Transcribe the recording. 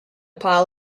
pile